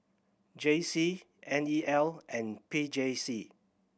J C N E L and P J C